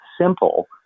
simple